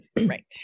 right